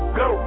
go